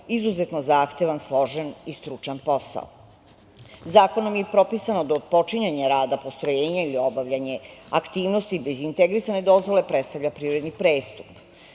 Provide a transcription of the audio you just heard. izuzetno zahtevan, složen i stručan posao. Zakonom je propisano da otpočinjanje rada postrojenja i obavljanje aktivnosti bez integrisane dozvole predstavlja privredni prestup.